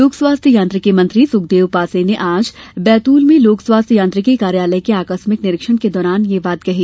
लोक स्वास्थ्य यांत्रिकी मंत्री सुखदेव पांसे ने आज बैतूल में लोक स्वास्थ्य यांत्रिकी कार्यालय के आकस्मिक निरीक्षण के दौरान ये बात कही